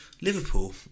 Liverpool